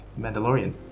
Mandalorian